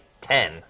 ten